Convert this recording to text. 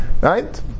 Right